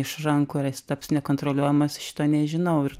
iš rankų ar jis taps nekontroliuojamas šito nežinau ir